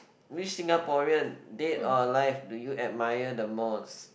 which Singaporean dead or alive do you admire the most